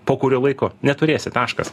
po kurio laiko neturėsi taškas